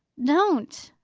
don't!